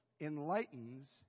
enlightens